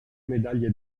medaglie